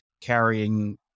carrying